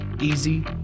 easy